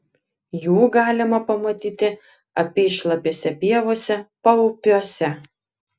jų galima pamatyti apyšlapėse pievose paupiuose